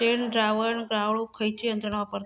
शेणद्रावण गाळूक खयची यंत्रणा वापरतत?